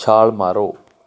ਛਾਲ ਮਾਰੋ